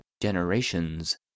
Generations